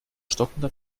stockender